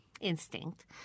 instinct